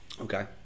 Okay